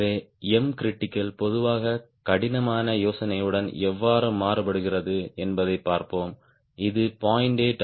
எனவே Mcritical பொதுவாக கடினமான யோசனையுடன் எவ்வாறு மாறுபடுகிறது என்பதைப் பார்ப்போம் இது 0